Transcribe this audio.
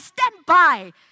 standby